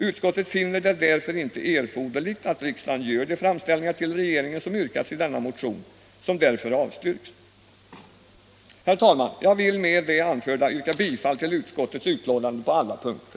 Utskottet finner det inte erforderligt att riksdagen gör de framställningar till regeringen som yrkats i denna motion, som därför avstyrks. Herr talman! Jag vill med det anförda yrka bifall till utskottets betänkande på alla punkter.